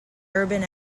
urban